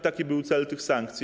Taki był cel tych sankcji.